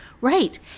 right